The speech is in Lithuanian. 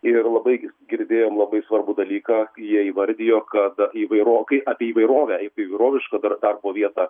ir labai girdėjom labai svarbų dalyką jie įvardijo kad įvairokai apie įvairovę įvairovišką dar darbo vietą